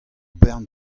bern